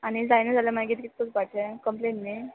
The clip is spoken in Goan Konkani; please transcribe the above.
आनी जायना जाल्यार मागीर कितें करपाचें कंप्लेन न्हय